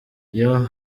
iyo